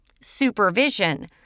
Supervision